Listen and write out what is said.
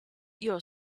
your